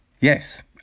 Yes